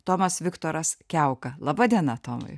tomas viktoras kiauka laba diena tomai